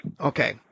Okay